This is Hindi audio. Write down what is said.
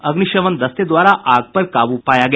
अग्निशमन दस्ते द्वारा आग पर काबू पाया गया